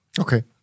Okay